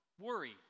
worry